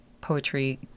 poetry